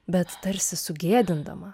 bet tarsi sugėdindama